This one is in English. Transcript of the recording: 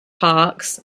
parks